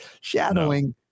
shadowing